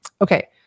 Okay